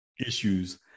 issues